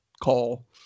call